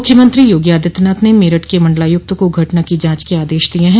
मुख्यमंत्री योगी आदित्यनाथ ने मेरठ के मंडलायुक्त को घटना के जांच के आदेश दिये हैं